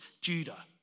Judah